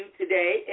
today